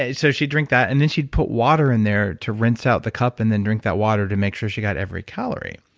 ah so she'd drink that, and then she'd put water in there to rinse out the cup and then drink that water to make sure she got every calorie.